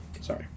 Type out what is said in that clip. Sorry